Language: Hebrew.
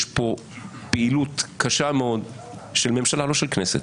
יש פה פעילות קשה של ממשלה, לא של כנסת.